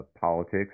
politics